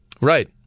Right